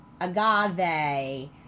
agave